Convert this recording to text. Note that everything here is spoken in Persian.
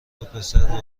وپسرو